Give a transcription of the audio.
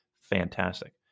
Fantastic